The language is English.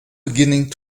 beginning